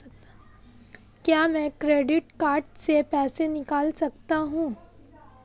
क्या मैं credit card से पैसे निकाल सकता हूँ?